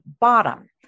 bottom